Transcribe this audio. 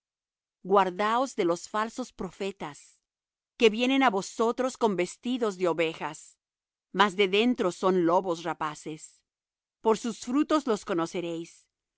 guardaos de los falsos profetas que vienen á vosotros con vestidos de ovejas mas de dentro son lobos rapaces por sus frutos los conoceréis